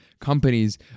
companies